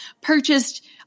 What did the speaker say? purchased